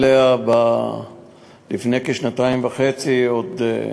לפני כשנתיים וחצי, עוד